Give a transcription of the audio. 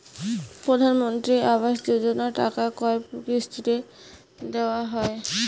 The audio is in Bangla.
প্রধানমন্ত্রী আবাস যোজনার টাকা কয় কিস্তিতে দেওয়া হয়?